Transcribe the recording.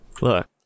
Look